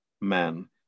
men